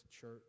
church